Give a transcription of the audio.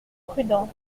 prudent